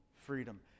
freedom